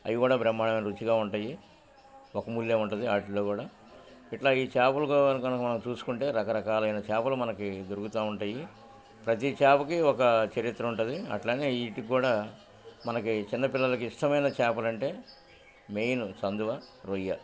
అవి కూడా బ్రహ్మాణమైన రుచిగా ఉంటాయి ఒక మూల్య ఉంటది ఆటిలో కూడా ఇట్లా ఈ చేాపలున మనం చూసుకుంటే రకరకాలైన చాపలు మనకి దొరుకుతా ఉంటాయి ప్రతి చేపకి ఒక చరిత్ర ఉంటది అట్లానే వీటికి కూడా మనకి చిన్నపిల్లలకి ఇష్టమైన చేాపలంటే మెయిన్ చందువ రొయ్య